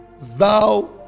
thou